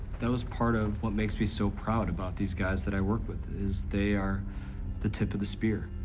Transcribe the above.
that was part of what makes me so proud about these guys that i work with, is they are the tip of the spear.